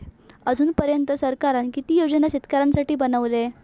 अजून पर्यंत सरकारान किती योजना शेतकऱ्यांसाठी बनवले?